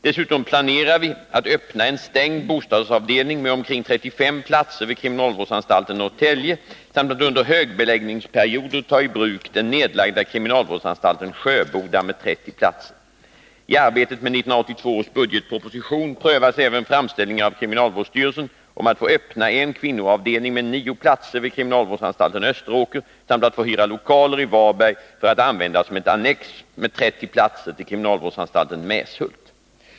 Dessutom planerar vi att öppna en stängd bostadsavdelning med omkring 35 platser vid kriminalvårdsanstalten Norrtälje samt att under högbeläggningsperioder ta i bruk den nedlagda kriminalvårdsanstalten Sjöboda med 30 platser. I arbetet med 1982 års budgetproposition prövas även framställningar av kriminalvårdsstyrelsen om att få öppna en kvinnoavdelning med 9 platser vid kriminalvårdsanstalten Österåker samt att få hyra lokaler i Varberg för att användas som ett annex med 30 platser till kriminalvårdsanstalten Mäshult.